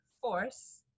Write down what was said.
force